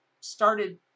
started